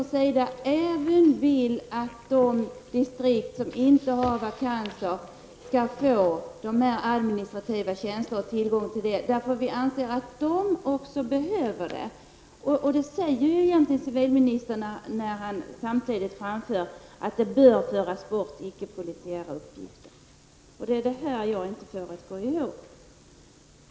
Vi inom centern vill att även de distrikt som inte har vakanser skall få administrativa tjänster, eftersom enligt vår åsikt även dessa distrikt har ett behov. Egentligen säger civilministern detsamma när han framhåller att icke-polisiära uppgifter bör föras bort. Det är det där som jag inte får att gå ihop.